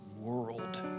world